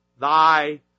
thy